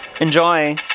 Enjoy